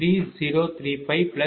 00406 j0